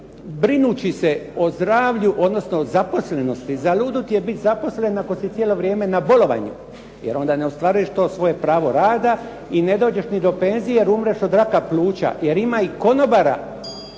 brinući se o zdravlju, odnosno o zaposlenosti zaludu ti je biti zaposlen ako si cijelo vrijeme na bolovanju jer onda ne ostvaruješ to svoje pravo rada i ne dođeš ni do penzije jer umreš od raka pluća. Jer ima i konobara